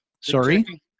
Sorry